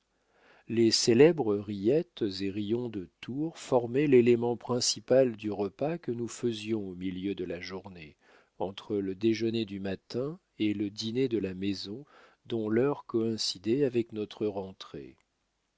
les célèbres rillettes et rillons de tours formaient l'élément principal du repas que nous faisions au milieu de la journée entre le déjeuner du matin et le dîner de la maison dont l'heure coïncidait avec notre rentrée